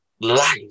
life